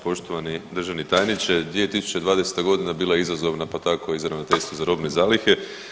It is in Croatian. Poštovani državni tajniče, 2020.g. bila je izazovna, pa tako i za ravnateljstvo za robne zalihe.